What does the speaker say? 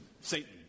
Satan